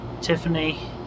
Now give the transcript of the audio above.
Tiffany